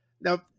Now